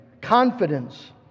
confidence